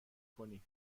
کنی